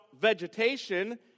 vegetation